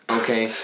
okay